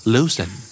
Loosen